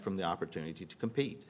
from the opportunity to compete